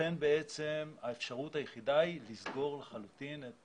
לכן בעצם האפשרות היחידה היא לסגור לחלוטין את